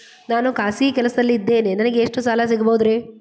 ನಾನು ಖಾಸಗಿ ಕೆಲಸದಲ್ಲಿದ್ದೇನೆ ನನಗೆ ಎಷ್ಟು ಸಾಲ ಸಿಗಬಹುದ್ರಿ?